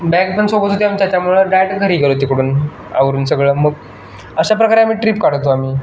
bag पण सोबत होते आमच्या त्यामुळं डायरेक्ट घरी गेलो तिकडून आवरून सगळं मग अशा प्रकारे आम्ही ट्रीप काढतो आम्ही